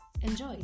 enjoy